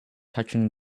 touching